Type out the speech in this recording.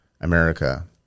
America